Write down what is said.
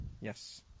Yes